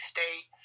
State